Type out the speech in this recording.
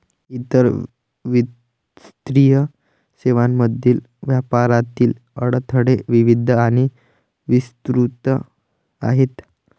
इतर वित्तीय सेवांमधील व्यापारातील अडथळे विविध आणि विस्तृत आहेत